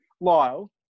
Lyle